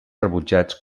rebutjats